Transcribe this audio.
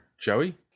Joey